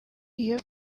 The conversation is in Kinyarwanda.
iyo